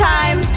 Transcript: Time